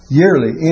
yearly